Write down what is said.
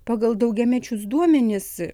pagal daugiamečius duomenis